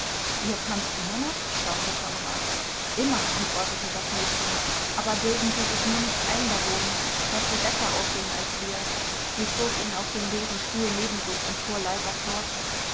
ihr tanzt immer noch staunte konrad immer antwortete das mädchen aber bilden sie sich nur nicht ein baron daß sie besser aussehen als wir sie zog ihn auf den leeren stuhl neben sich und fuhr leiser fort